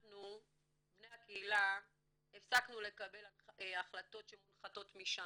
אנחנו בני הקהילה הפסקנו לקבל החלטות שמונחתות משמיים,